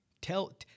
Tell